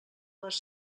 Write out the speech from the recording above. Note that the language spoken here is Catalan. les